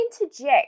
interject